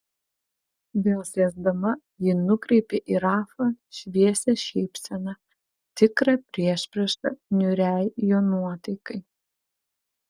vėl sėsdama ji nukreipė į rafą šviesią šypseną tikrą priešpriešą niūriai jo nuotaikai